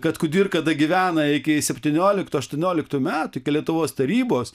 kad kudirka dagyvena iki septynioliktų aštuonioliktų metų iki lietuvos tarybos